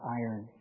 iron